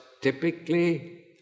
typically